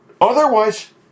otherwise